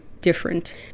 different